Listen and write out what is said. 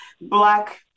black